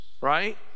right